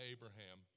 Abraham